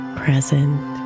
present